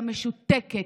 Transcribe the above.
המשותקת,